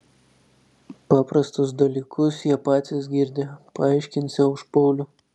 paprastus dalykus jie patys girdi paaiškinsią už paulių